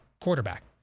quarterback